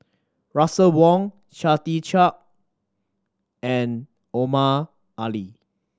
Russel Wong Chia Tee Chiak and Omar Ali